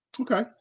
Okay